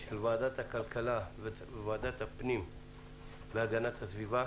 של ועדת הכלכלה וועדת הפנים והגנת הסביבה.